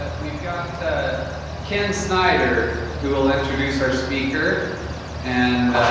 but we've got ken snyder who will introduce our speaker and